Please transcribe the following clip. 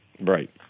Right